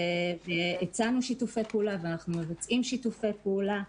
הצענו שיתופי פעולה ואנחנו מבצעים שיתופי פעולה.